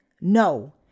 No